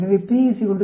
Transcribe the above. எனவே p 0